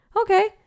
okay